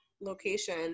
location